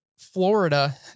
Florida